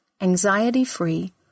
anxiety-free